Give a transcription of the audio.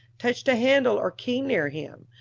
touched a handle or key near him,